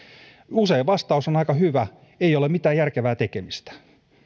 usein vastaus on aika hyvä ei ole mitään järkevää tekemistä